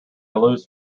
lose